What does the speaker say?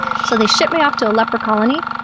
so they shipped me off to a leper colony.